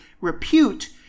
repute